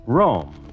Rome